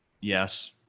Yes